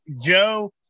Joe